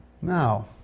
Now